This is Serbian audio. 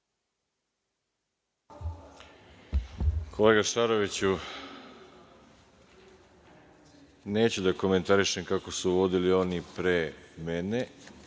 Kolega Šaroviću, neću da komentarišem kako su vodili oni pre mene